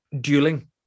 dueling